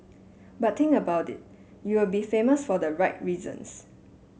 but think about it you will be famous for the right reasons